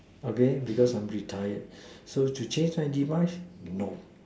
okay because I'm retired so to change my demise no